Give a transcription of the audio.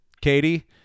Katie